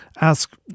ask